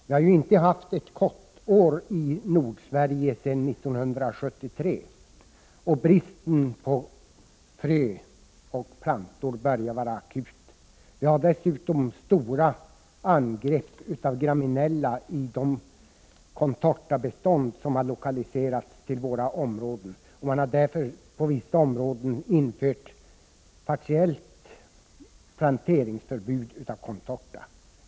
Vi har inte haft något bra kottår i Nordsverige sedan 1973, och bristen på frö och plantor börjar bli akut. Vi har dessutom råkat ut för stora angrepp av gremmeniella i de contortabestånd som finns i våra områden. Man har därför på vissa håll infört partiellt planteringsförbud mot contortatall.